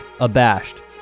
abashed